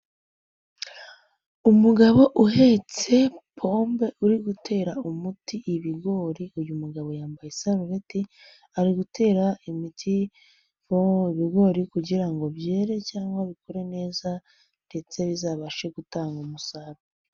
Umugabo uhetse ipombo uri gutera umuti ibigori, uyu mugabo yambaye isarubeti ari gutera imiti mu ibigori kugira ngo byere cyangwa bikure neza ndetse bizabashe gutanga umusaruro.